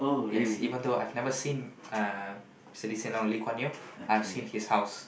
yes even though I've never seen uh Mister Lee-Hsien-Loong or Lee-Kuan-Yew I've seen his house